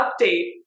update